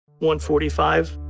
145